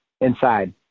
inside